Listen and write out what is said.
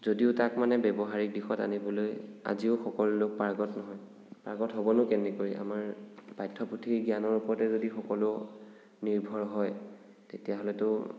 যদিও তাক মানে ব্যৱহাৰিক দিশত আনিবলৈ আজিও সকলো লোক পাৰ্গত নহয় পাৰ্গত হ'বনো কেনেকৈ আমাৰ পাঠ্যপুথিৰ জ্ঞানৰ ওপৰতে যদি সকলো নিৰ্ভৰ হয় তেতিয়াহ'লেতো